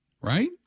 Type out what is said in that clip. right